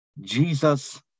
Jesus